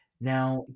Now